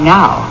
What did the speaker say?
now